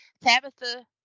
Tabitha